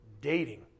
dating